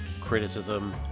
criticism